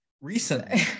Recently